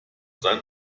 sein